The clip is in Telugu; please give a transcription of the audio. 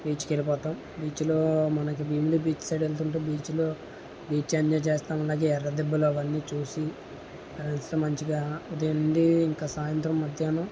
బీచ్కి వెళ్ళిపోతాం బీచ్లో మనకి భీమిలీ బీచ్ సైడ్ వెళ్తుంటే బీచ్లో బీచ్ ఎంజాయ్ చేస్తాం అలాగే ఎర్ర దిబ్బలు అవన్నీ చూసి ఫ్రెండ్స్తో మంచిగా ఉదయం నుండి ఇంకా సాయంత్రం మధ్యాహం